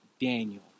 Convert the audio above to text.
Daniel